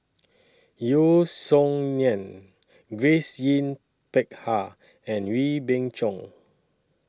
Yeo Song Nian Grace Yin Peck Ha and Wee Beng Chong